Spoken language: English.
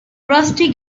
rusty